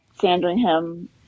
Sandringham